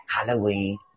Halloween